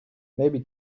maybe